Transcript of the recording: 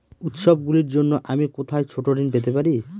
উত্সবগুলির জন্য আমি কোথায় ছোট ঋণ পেতে পারি?